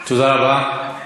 תודה רבה.